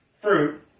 fruit